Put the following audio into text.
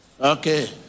Okay